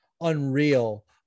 unreal